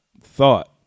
thought